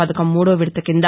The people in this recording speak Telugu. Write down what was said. పథకం మూడోవిడత కింద